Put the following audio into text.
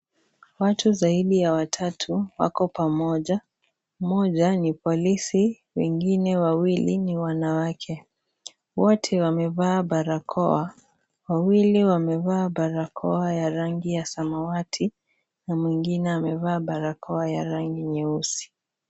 Watu zaidi ya watatu wako pamoja. Mmoja ni polisi wengine ni wanawake. Wote wamevaa barakoa, wawili wamevaa barakoa ya rangi ya samawati na mwengine amevaa barakoa ya rangi nyeusi.